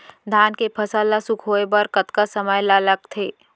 धान के फसल ल सूखे बर कतका समय ल लगथे?